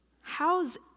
how's